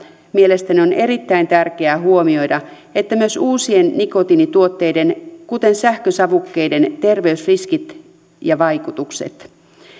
mielestäni on erittäin tärkeää huomioida myös uusien nikotiinituotteiden kuten sähkösavukkeiden terveysriskit ja vaikutukset